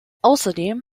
außerdem